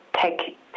take